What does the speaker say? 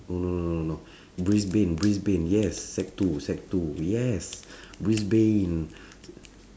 oh no no no no brisbane brisbane yes sec two sec two yes brisbane